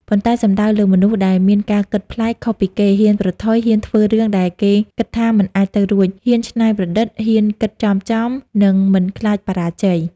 ប៉ុន្តែសំដៅលើ មនុស្សដែលមានការគិតប្លែក ខុសពីគេ ហ៊ានប្រថុយ ហ៊ានធ្វើរឿងដែលគេគិតថាមិនអាចទៅរួច ហ៊ានច្នៃប្រឌិត ហ៊ានគិតធំៗ និងមិនខ្លាចបរាជ័យ។